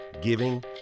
giving